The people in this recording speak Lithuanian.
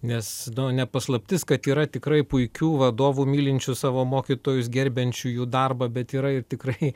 nes ne paslaptis kad yra tikrai puikių vadovų mylinčių savo mokytojus gerbiančių jų darbą bet yra ir tikrai